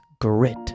grit